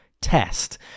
Test